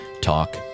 Talk